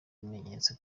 ibimenyetso